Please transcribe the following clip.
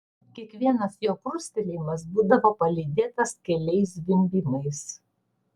kiekvienas jo krustelėjimas būdavo palydėtas keliais zvimbimais